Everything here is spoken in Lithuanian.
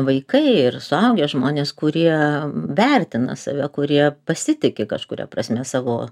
vaikai ir suaugę žmonės kurie vertina save kurie pasitiki kažkuria prasme savo